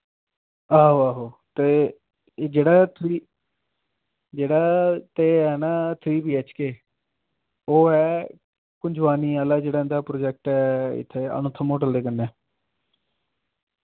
आहो आहो ते एह् जेह्ड़ा तुसी जेह्ड़ा ते है ना थ्री बी एच के ओह् ऐ कुंजवानी आह्ला जेह्ड़ा इंदा प्रोजेक्ट ऐ इत्थे अनुथम होटल दे कन्नै